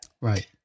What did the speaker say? Right